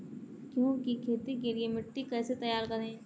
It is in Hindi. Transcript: गेहूँ की खेती के लिए मिट्टी कैसे तैयार करें?